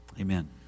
amen